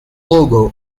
logo